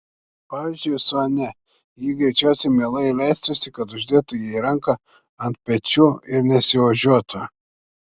pavyzdžiui su ane ji greičiausiai mielai leistųsi kad uždėtų jai ranką ant pečių ir nesiožiuotų